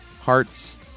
hearts